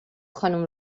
خانم